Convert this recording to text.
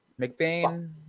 McBain